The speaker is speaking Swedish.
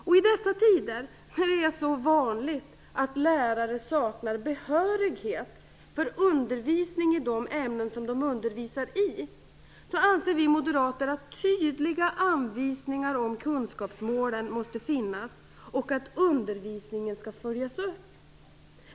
I dessa tider, när det så vanligt att lärare saknar behörighet för undervisning i de ämnen som de undervisar i, anser vi moderater att tydliga anvisningar om kunskapsmålen måste finnas och att undervisningen skall följas upp.